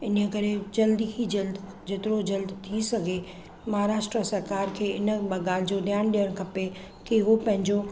इन जे करे जल्द ई जल्द जेतिरो जल्द थी सघे महाराष्ट्र सरकार खे इन ॻाल्हि जो ध्यानु ॾियण खपे की उहो पंहिंजो